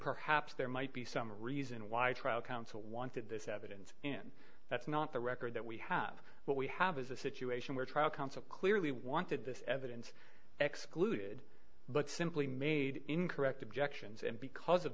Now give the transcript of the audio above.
perhaps there might be some reason why a trial counsel wanted this evidence and that's not the record that we have what we have is a situation where trial counsel clearly wanted this evidence excluded but simply made incorrect objections and because of